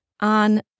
on